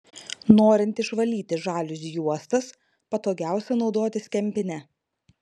norint išvalyti žaliuzių juostas patogiausia naudotis kempine